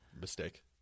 mistake